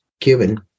Cuban